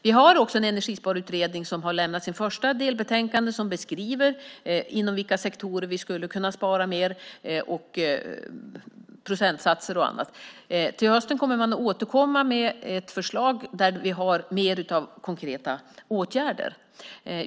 Vi har också en energisparutredning som har lämnat sitt första delbetänkande som beskriver inom vilka sektorer vi skulle kunna spara mer, procentsatser och annat. Till hösten kommer vi att återkomma med ett förslag där vi har mer av konkreta åtgärder.